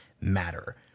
matter